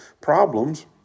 problems